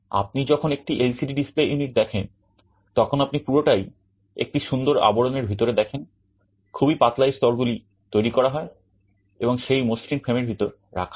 আপনি যখন একটি এলসিডি ডিসপ্লে ইউনিট দেখেন তখন আপনি পুরোটাই একটা সুন্দর আবরণের ভিতরে দেখেন খুবই পাতলা এই স্তর গুলি তৈরি করা হয় এবং সেই মসৃণ ফ্রেমের ভিতরে রাখা হয়